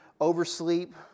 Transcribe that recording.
oversleep